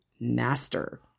master